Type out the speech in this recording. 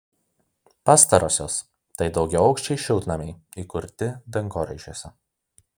pastarosios tai daugiaaukščiai šiltnamiai įkurti dangoraižiuose